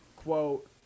Quote